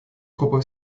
купив